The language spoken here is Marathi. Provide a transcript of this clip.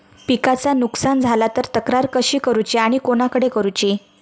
पिकाचा नुकसान झाला तर तक्रार कशी करूची आणि कोणाकडे करुची?